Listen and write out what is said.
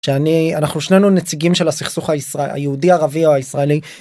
שאני אנחנו שנינו נציגים של הסכסוך הישראלי יהודי ערבי או הישראלי.